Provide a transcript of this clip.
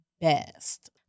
best